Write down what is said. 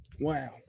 Wow